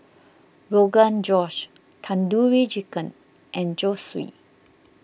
Rogan Josh Tandoori Chicken and Zosui